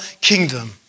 kingdom